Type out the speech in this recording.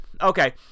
Okay